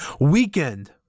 weekend